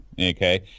okay